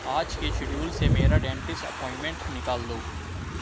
آج کے شیڈیول سے میرا ڈینٹسٹ اپوائنمنٹ نکال دو